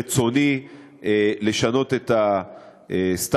בסמכותי ואין ברצוני לשנות את הסטטוס-קוו.